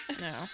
No